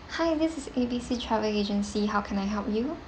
this is A B C travel agency how can I help you